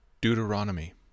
Deuteronomy